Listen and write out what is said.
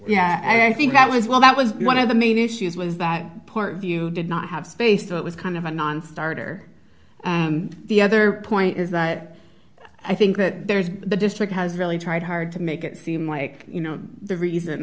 yeah i think that was well that was one of the main issues was that part of you did not have space so it was kind of a nonstarter the other point is that i think that there is the district has really tried hard to make it seem like you know the reason